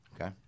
Okay